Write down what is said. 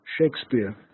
Shakespeare